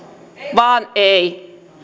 vaan ei